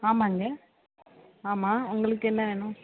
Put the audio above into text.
ஆமாங்க ஆமாம் உங்களுக்கு என்ன வேணும்